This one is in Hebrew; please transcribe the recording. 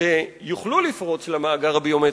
שיוכלו לפרוץ למאגר הביומטרי,